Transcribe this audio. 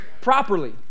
properly